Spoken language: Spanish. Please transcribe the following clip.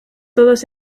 todos